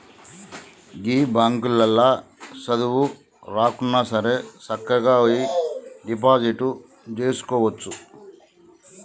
గీ బాంకులల్ల సదువు రాకున్నాసరే సక్కగవోయి డిపాజిట్ జేసుకోవచ్చు